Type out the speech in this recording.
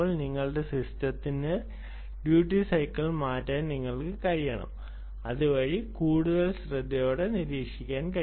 നിങ്ങളുടെ സിസ്റ്റത്തിന്റെ duty cycle മാറ്റാൻ നിങ്ങൾക്ക് കഴിയണം അതുവഴി കൂടുതൽ ശ്രേദ്ധയോടെ നിരീക്ഷിക്കാൻ കഴിയും